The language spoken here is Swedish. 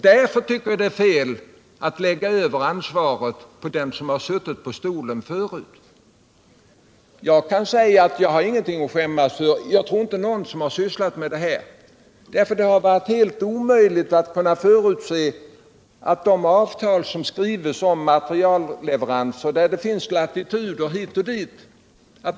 Därför tycker jag att det är fel att lägga över ansvaret på den som har suttit på stolen förut. Jag har ingenting att skämmas för, och det tror jag inte någon har som sysslat med det här, för mycket av det inträffade har varit helt omöjligt att förutse. I de avtal som skrivs om matcrielleveranser finns latituder hit och dit.